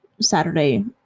Saturday